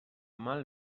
mal